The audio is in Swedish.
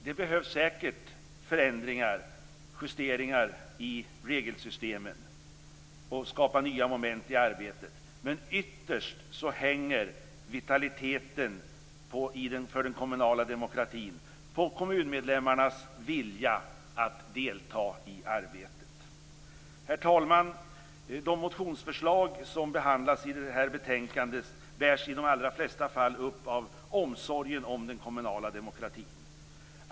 Det behövs säkert förändringar, justeringar, i regelsystemen och nya moment i arbetet. Men ytterst hänger vitaliteten i den kommunala demokratin på kommuninvånarnas vilja att delta i arbetet. Herr talman! De motionsförslag som behandlas i det här betänkandet bärs i de allra flesta fall upp av omsorgen om den kommunala demokratin.